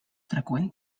freqüent